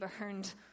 burned